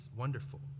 wonderful